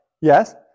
Yes